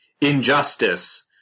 injustice